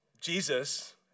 Jesus